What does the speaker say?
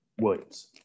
Williams